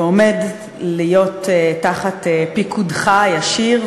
ועומד להיות תחת פיקודך הישיר,